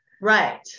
Right